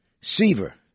Seaver